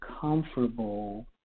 comfortable